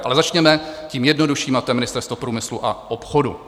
Ale začněme tím jednodušším a to je Ministerstvo průmyslu a obchodu.